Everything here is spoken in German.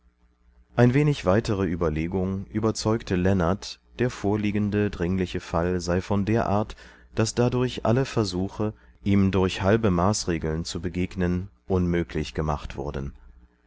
ein wenig weitere überlegung überzeugte leonard der vorliegende dringliche fall sei von der art daß dadurch alle versuche ihm durch halbe maßregeln zu begegnen unmöglich gemacht wurden